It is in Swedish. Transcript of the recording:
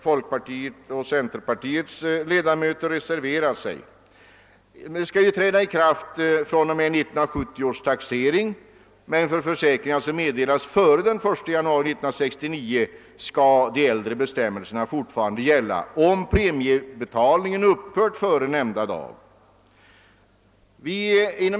Folkpartiets och centerpartiets ledamöter har härvidlag reserverat sig. Reformen skall träda i kraft från och med 1970 års taxering, men för försäkringar som meddelats före den 1 januari 1969 skall de äldre bestämmelserna fortfarande gälla under förut sättning att premiebetalningen upphört före nämnda dag.